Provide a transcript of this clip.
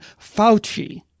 Fauci